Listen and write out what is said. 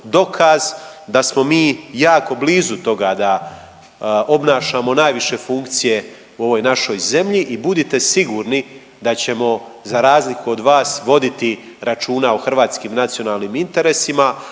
da smo mi jako blizu toga da obnašamo najviše funkcije u ovoj našoj zemlji i budite sigurni da ćemo za razliku od vas voditi računa o hrvatskim nacionalnim interesima,